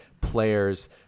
players